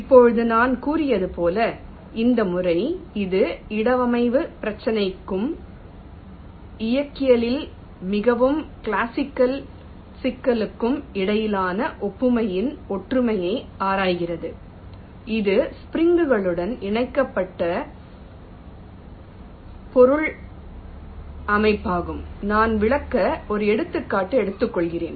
இப்போது நான் கூறியது போல இந்த முறை இது இடவமைவு பிரச்சினைக்கும் இயக்கவியலின் மிகவும் கிளாசிக்கல் சிக்கலுக்கும் இடையிலான ஒப்புமையின் ஒற்றுமையை ஆராய்கிறது இது ஸ்ப்ரிங் களுடன் இணைக்கப்பட்ட உடல்களின் அமைப்பாகும் நான் விளக்க ஒரு எடுத்துக்காட்டு எடுத்துக்கொள்வேன்